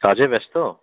কাজে ব্যস্ত